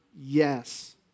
Yes